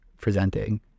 presenting